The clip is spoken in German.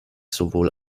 sowohl